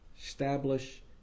establish